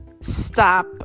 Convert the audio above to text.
stop